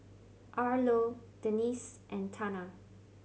Arlo Denisse and Tana